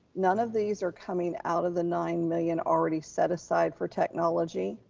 none of these are coming out of the nine million already set aside for technology.